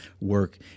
work